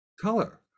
color